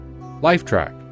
Lifetrack